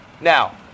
Now